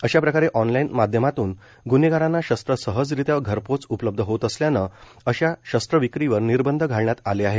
अशाप्रकारे ऑनलाईन माध्यमातून गून्हेगारांना शस्त्र सहजरित्या घरपोच उपलब्ध होत असल्यानं अशा शस्त्र विक्रीवर निर्बंध घालण्यात आले आहेत